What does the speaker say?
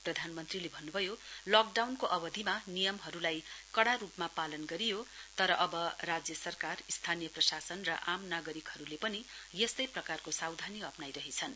प्रधानमन्त्रीले भन्न्भयो लकडाउनको अवधिमा नियमहरुलाई कड़ा रुपमा पालन गरियो तर अब राज्य सरकार स्थानीय प्रशासन र आम नागरिकहरु पनि यस्तै प्रकारको सावधानी अप्राइरहेछन्